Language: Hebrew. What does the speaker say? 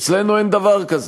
אצלנו אין דבר כזה.